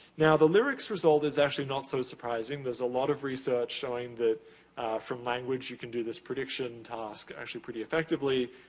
now, the lyrics result is actually not so surprising. surprising. there's a lot of research showing that from language, you can do this prediction task, actually, pretty effectively.